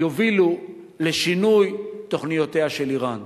יובילו לשינוי תוכניותיה של אירן.